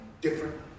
different